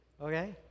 okay